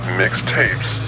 mixtapes